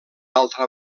altra